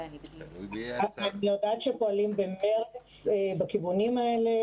אני יודעת שפועלים במרץ בכיוונים האלה.